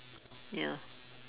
ya